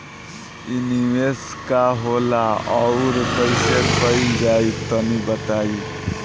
इ निवेस का होला अउर कइसे कइल जाई तनि बताईं?